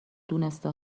دونسته